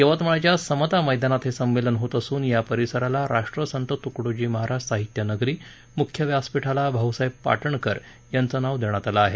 यवतमाळच्या समता मैदानात हे संमेलन होत असून या परिसराला राष्ट्रसंत तुकडोजी महाराज साहित्य नगरी मुख्य व्यासपीठाला भाऊसाहेब पाठणकर यांचं नाव देण्यात आलं आहे